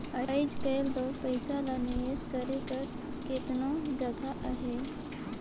आएज काएल दो पइसा ल निवेस करे कर केतनो जगहा अहे